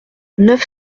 neuf